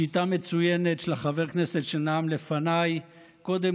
שיטה מצוינת של חבר הכנסת שנאם לפניי: קודם